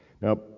now